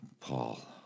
Paul